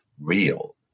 real